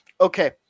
okay